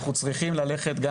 ואנחנו צריכים ללכת גם